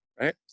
right